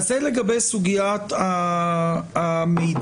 זה לגבי סוגיית המידע.